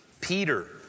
Peter